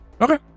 Okay